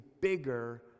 bigger